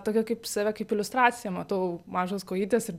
tokio kaip save kaip iliustraciją matau mažos kojytės ir